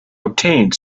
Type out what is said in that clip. obtained